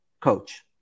coach